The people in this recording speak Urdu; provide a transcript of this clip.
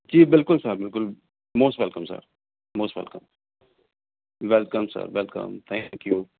جی بالکل سر بالکل most welcome sir most welcome welcome sir welcome thank you